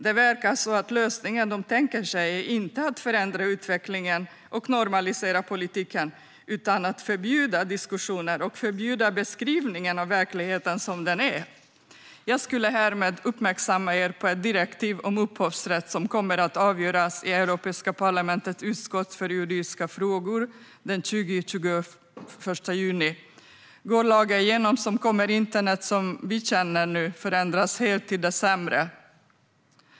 Det verkar som att lösningen de tänker sig inte är att förändra utvecklingen och normalisera politiken utan att förbjuda diskussioner och förbjuda beskrivningen av verkligheten som den är. Jag skulle härmed vilja uppmärksamma er på ett direktiv om upphovsrätt som kommer att avgöras i Europeiska parlamentets utskott för juridiska frågor den 21 juni. Går lagen igenom kommer internet som vi känner det nu att förändras helt - till det sämre.